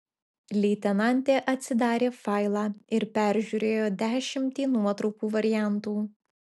leitenantė atsidarė failą ir peržiūrėjo dešimtį nuotraukų variantų